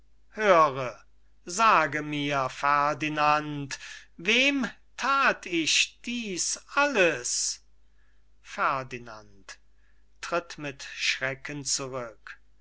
höre sage mir ferdinand wem that ich dies alles ferdinand